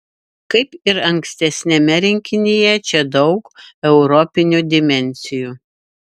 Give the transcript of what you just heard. kaip ir ankstesniame rinkinyje čia daug europinių dimensijų